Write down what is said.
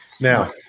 Now